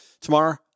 tomorrow